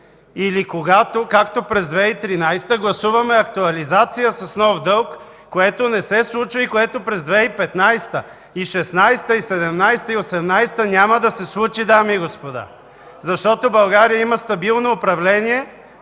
или когато през 2013 г. гласувахте актуализация с нов дълг, което не се случи и което през 2015 г., 2016 г., 2017 г. и 2018 г. няма да се случи, дами и господа, защото България има стабилно управление,